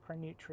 macronutrients